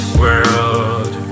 world